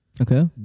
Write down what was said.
Okay